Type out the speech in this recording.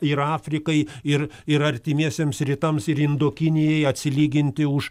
ir afrikai ir ir artimiesiems rytams ir indokinijai atsilyginti už